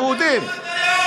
היהודים,